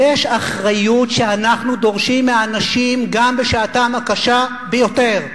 יש אחריות שאנחנו דורשים מהאנשים גם בשעתם הקשה ביותר.